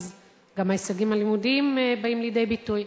ואז גם בהישגים הלימודיים זה בא לידי ביטוי.